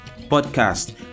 podcast